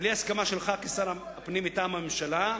בלי הסכמה שלך כשר הפנים מטעם הממשלה.